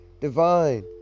divine